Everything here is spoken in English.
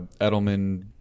Edelman